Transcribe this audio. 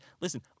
Listen